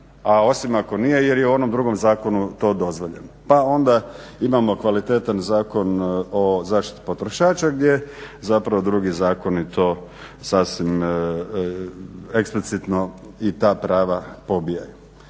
A osim ako nije jer je u onom drugom zakonu to dozvoljeno. Pa onda imamo kvalitetan Zakon o zaštiti potrošača gdje zapravo drugi zakoni to sasvim eksplicitno i ta prava pobijaju.